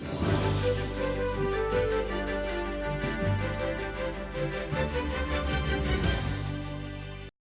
Дякую.